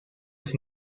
los